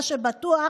ומה שבטוח,